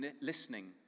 listening